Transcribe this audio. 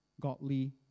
godly